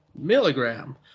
milligram